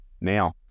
now